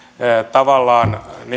tavallaan